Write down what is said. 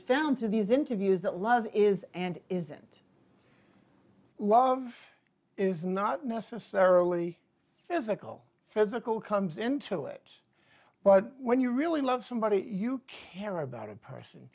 found to these interviews that love is and isn't love is not necessarily physical physical comes into it but when you really love somebody you can about a person